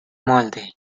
molde